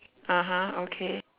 (uh huh) okay